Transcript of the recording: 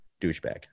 Douchebag